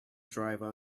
driver